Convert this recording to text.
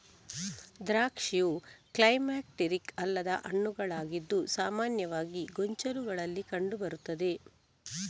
ದ್ರಾಕ್ಷಿಯು ಕ್ಲೈಮ್ಯಾಕ್ಟೀರಿಕ್ ಅಲ್ಲದ ಹಣ್ಣುಗಳಾಗಿದ್ದು ಸಾಮಾನ್ಯವಾಗಿ ಗೊಂಚಲುಗಳಲ್ಲಿ ಕಂಡು ಬರುತ್ತದೆ